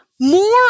more